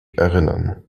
erinnern